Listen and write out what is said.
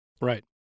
Right